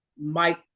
Mike